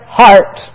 heart